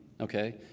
okay